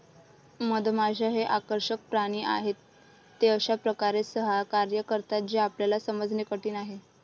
मधमाश्या हे आकर्षक प्राणी आहेत, ते अशा प्रकारे सहकार्य करतात जे आपल्याला समजणे कठीण आहे